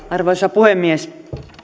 arvoisa puhemies